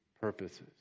purposes